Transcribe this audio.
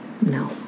No